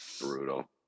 Brutal